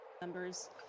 members